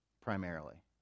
primarily